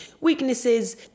weaknesses